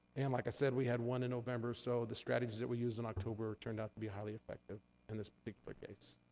and like i said, we had one in november, so the strategies that we used in october turned out to be highly effective in this particular case.